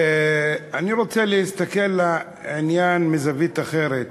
אני רוצה להסתכל על העניין מזווית אחרת.